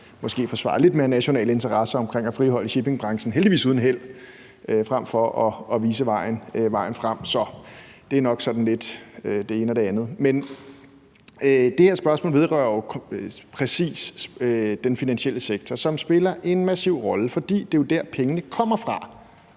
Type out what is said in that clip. mere forsvaret nationale interesser om at friholde shippingbranchen – heldigvis uden held – frem for at vise vejen frem. Så det er nok sådan lidt det ene og det andet. Men det her spørgsmål vedrører jo præcis den finansielle sektor, som spiller en massiv rolle, fordi det jo er dér, pengene kommer fra